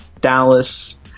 Dallas